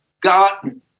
God